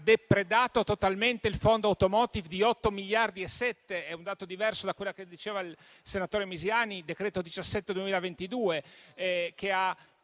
depredato totalmente il fondo *automotive* di 8,7 miliardi (è un dato diverso da quello che indicava il senatore Misiani) con il decreto n. 17 del 2022, che ha